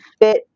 fit